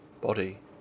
body